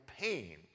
pain